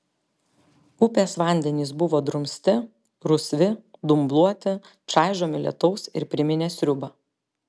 upės vandenys buvo drumsti rusvi dumbluoti čaižomi lietaus ir priminė sriubą